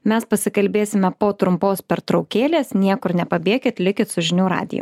mes pasikalbėsime po trumpos pertraukėlės niekur nepabėkit likit su žinių radiju